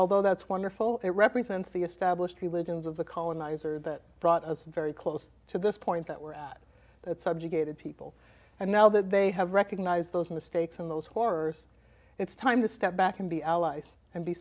although that's wonderful it represents the established religions of the coloniser that brought us very close to this point that we're at that subjugated people and now that they have recognized those mistakes and those horrors it's time to step back and be allies and be